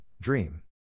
dream